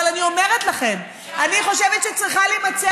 אבל אני אומרת לכם: אני חושבת שצריכה להימצא